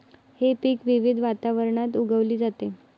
हे पीक विविध वातावरणात उगवली जाते